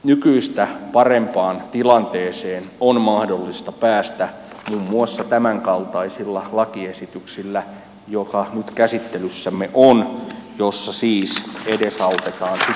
nykyistä parempaan tilanteeseen on mahdollista päästä muun muassa tämänkaltaisella lakiesityksellä joka nyt käsittelyssämme on jossa siis edesautetaan saa